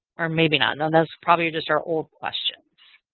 or maybe not. no, that's probably just our old questions.